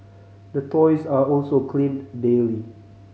the toys are also cleaned daily